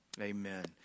Amen